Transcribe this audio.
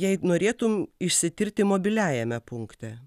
jei norėtum išsitirti mobiliajame punkte